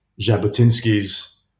Jabotinsky's